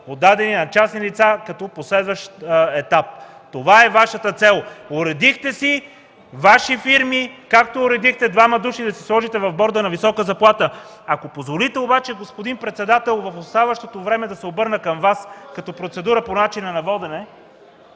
отдадени на частни лица като последващ етап. Това е Вашата цел! Уредихте си Ваши фирми, както уредихте двама души да си сложите в борда – на висока заплата! Ако позволите обаче, господин председател, в оставащото време да се обърна към Вас – като процедура по начина на водене.